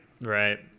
Right